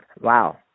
Wow